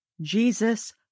Jesus